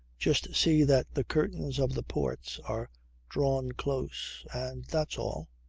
just see that the curtains of the ports are drawn close and that's all.